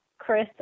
Chris